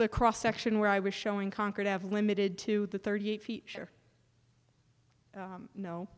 the cross section where i was showing conquered have limited to the thirty eight feature